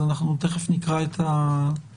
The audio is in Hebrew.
אז אנחנו תכף נקרא את התקנות.